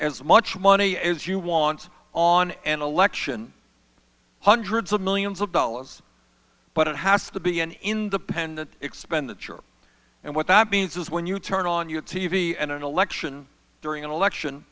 as much money as you want on an election hundreds of millions of dollars but it has to be an independent expenditure and what that means is when you turn on your t v and an election during an election